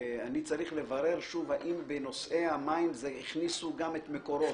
ואני צריך לברר שוב אם בנושאי המים הכניסו גם את מקורות,